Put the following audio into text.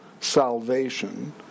salvation